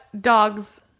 dogs